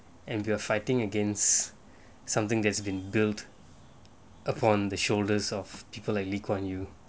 and we are fighting against something that's been built upon the shoulders of people like lee kuan yew